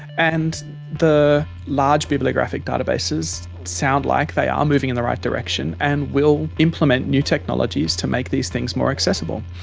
and the large bibliographic databases sound like they are moving in the right direction and will implement new technologies to make these things more accessible.